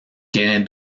tiene